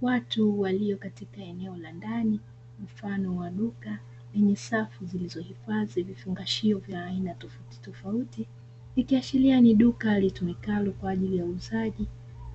Watu walio katika eneo la ndani mfano wa duka lenye safu zilizohifadhi vifungashio vya aina tofautitofauti, ikiashiria ni duka litumikalo kwa ajili ya uuzaji